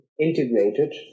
integrated